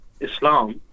Islam